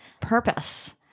purpose